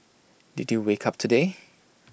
did you wake up today